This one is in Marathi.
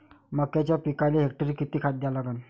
मक्याच्या पिकाले हेक्टरी किती खात द्या लागन?